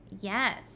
Yes